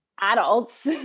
adults